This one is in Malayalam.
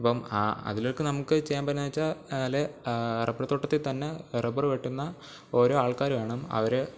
ഇപ്പം അതിലേക്ക് നമുക്ക് ചെയ്യാൻ പറ്റുന്നത് വെച്ചാൽ റബ്ബർ തോട്ടത്തിൽ തന്നെ റബ്ബർ വെട്ടുന്ന ഓരോ ആൾക്കാർ വേണം അവർ